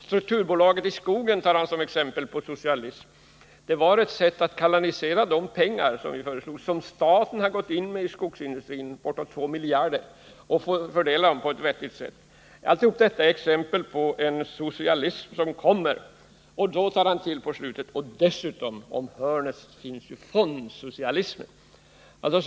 Strukturbolaget för skogsindustrin tar han som ett exempel på socialism. Men det var ett förslag för att kanalisera de pengar som staten har gått in med i skogsindustrin, bortåt två miljarder, och fördela dem på ett vettigt sätt. Alltihop detta är tydligen exempel på en socialism som kommer. Och på slutet tar Sven G. Andersson i med: Och dessutom finns ju fondsocialismen om hörnet!